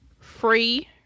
free